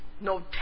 no